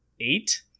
eight